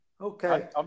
Okay